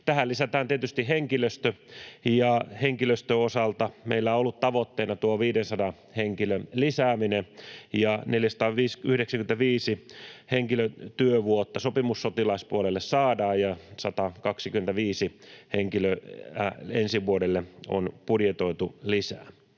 Tähän lisätään tietysti henkilöstö. Henkilöstön osalta meillä on ollut tavoitteena tuo 500 henkilön lisääminen. 495 henkilötyövuotta saadaan sopimussotilaspuolelle, ja 125 henkilöä on budjetoitu lisää